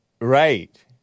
Right